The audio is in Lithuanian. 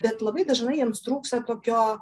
bet labai dažnai jiems trūksta tokio